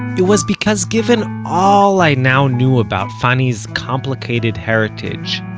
it was because given all i now knew about fanny's complicated heritage,